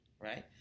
right